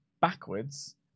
backwards